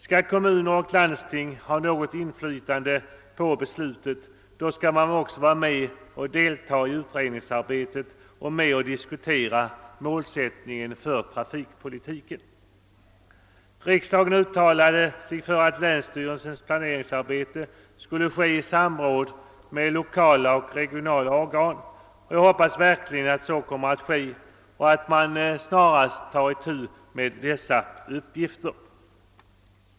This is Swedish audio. Skall kommunerna och landstinget ha något inflytande på besluten, bör de få vara med om utredningsarbetet och diskutera målsättningen för trafikpolitiken. Riksdagen uttalade sig för att länsstyrelsens planeringsarbete skulle ske i samråd med lokala och regionala organ, och jag hoppas verkligen att så kommer att ske och att man snarast tar itu med dessa uppgifter.